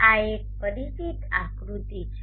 આ એક પરિચિત આકૃતિ છે